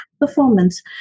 performance